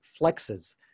flexes